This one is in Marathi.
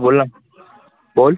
बोल ना बोल